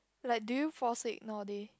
like do you fall sick nowadays